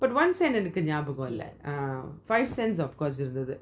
but one cent என்னக்கு நியாபகம் இல்ல:ennaku neyabagam illa ah five cents of course usually